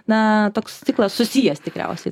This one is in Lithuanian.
na toks ciklas susijęs tikriausiai